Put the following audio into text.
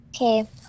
okay